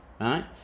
right